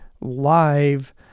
live